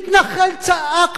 מתנחל צעק,